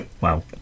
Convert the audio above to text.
Wow